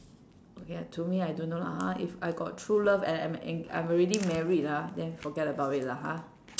okay to me I don't know lah ah if I got true love and I I I'm already married ah then forget about it lah ha